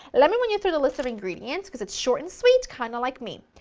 let me run you through the list of ingredients, because it's short and sweet kinda like me.